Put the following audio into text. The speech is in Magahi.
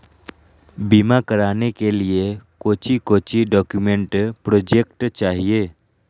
बीमा कराने के लिए कोच्चि कोच्चि डॉक्यूमेंट प्रोजेक्ट चाहिए?